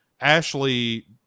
Ashley